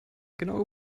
genau